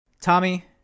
Tommy